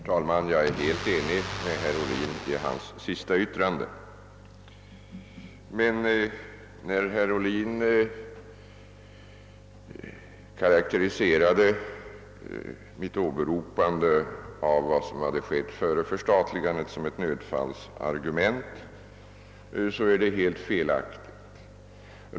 Herr talman! Jag är helt enig med herr Ohlin i hans senaste inlägg. Men när herr Ohlin karaktäriserade mitt åberopande av vad som hade skett före förstatligandet som ett nödfallsargument så är det helt felaktigt.